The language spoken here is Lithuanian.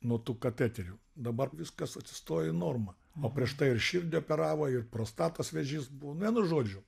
nuo tų kateterių dabar viskas atsistojo į normą o prieš tai ir širdį operavo ir prostatos vėžys buvo nu vienu žodžiu